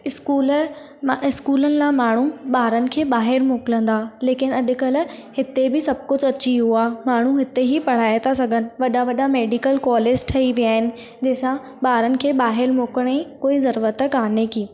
school स्कूलनि लाइ माण्हू ॿारनि खे ॿाहिरि मोकिलींदा हुआ लेकिन अॼुकल्ह हिते बि सभु ह कुझु अची वियो आहे माण्हू हिते ई पढ़ाए था सघनि वॾा वॾा मेडिकल कॉलेज ठही विया आहिनि जंहिं सां ॿारनि खे ॿाहिरि मोकिलण ई कोई ज़रूरत कान्हे की